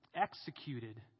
executed